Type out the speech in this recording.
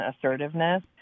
assertiveness